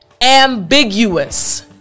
Ambiguous